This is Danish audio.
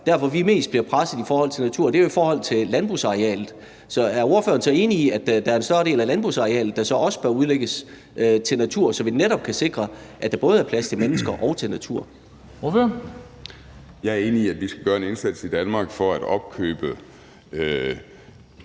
der, hvor vi mest bliver presset i forhold til natur, er i forhold til landbrugsarealet. Så er ordføreren enig i, at der er en større del af landbrugsarealet, der så også bør udlægges til natur, så vi netop kan sikre, at der både er plads til mennesker og til natur? Kl. 14:00 Formanden (Henrik Dam Kristensen):